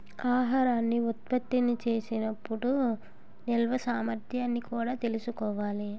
ఆహారాన్ని ఉత్పత్తి చేసే టప్పుడు నిల్వ సామర్థ్యాన్ని కూడా తెలుసుకోవాలి